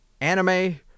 Anime